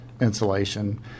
insulation